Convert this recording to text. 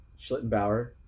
Schlittenbauer